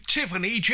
Tiffany